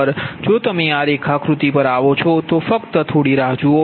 જો તમે આ રેખાકૃતિ પર આવો છો તો ફક્ત થોડી રાહ જુઓ